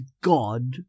God